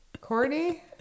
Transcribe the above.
courtney